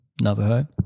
Navajo